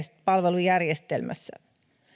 palvelujärjestelmässä